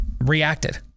reacted